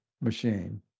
machine